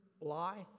life